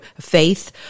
faith